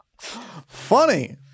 Funny